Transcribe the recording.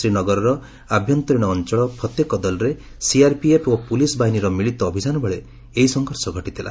ଶ୍ରୀ ନଗରର ଆଭ୍ୟନ୍ତରୀଣ ଅଞ୍ଚଳ ଫତେ କଦଲ୍ଠାରେ ସିଆର୍ପିଏଫ୍ ଓ ପୁଲିସ୍ ବାହିନୀର ମିଳିତ ଅଭିଯାନବେଳେ ଏହି ସଂଘର୍ଷ ଘଟିଥିଲା